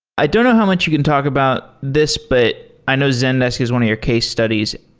i don't know how much you can talk about this, but i know zendesk is one your case studies.